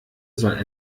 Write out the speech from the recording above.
soll